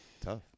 tough